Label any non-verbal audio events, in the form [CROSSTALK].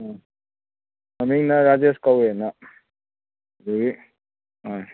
ꯎꯝ ꯃꯃꯤꯡꯅ ꯔꯥꯖꯦꯁ ꯀꯧꯋꯦꯅ [UNINTELLIGIBLE] ꯎꯝ